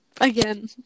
again